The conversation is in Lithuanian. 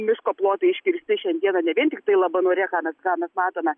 miško plotai iškirsti šiandieną ne vien tiktai labanore ką mes ką mes matome